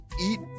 eat